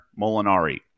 Molinari